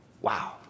Wow